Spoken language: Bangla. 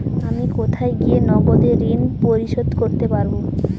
আমি কোথায় গিয়ে নগদে ঋন পরিশোধ করতে পারবো?